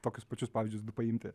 tokius pačius pavyzdžius du paimti